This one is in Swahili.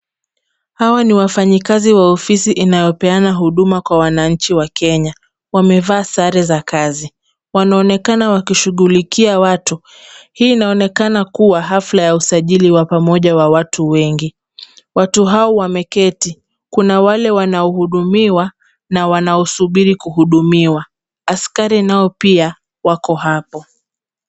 Hawa ni wafanyikazi wa ofisi inayopeana huduma kwa wananchi wa Kenya, wamevaa sare za kazi. Wanaonekana wakishughulikia watu. Hii inaonekana kuwa hafla ya usajili wa pamoja wa watu wengi. Watu hao wameketi. Kuna wale wanaohudumiwa na wanaosubiri kuhudimiwa. Askari nao pia wako hapo.